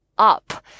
up